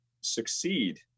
succeed